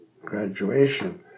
graduation